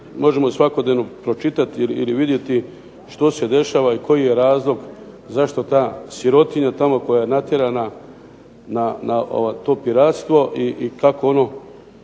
možemo svakodnevno pročitati ili vidjeti što se dešava i koji je razlog zašto ta sirotinja tamo koja je natjerana na to piratstvo, i kako ono,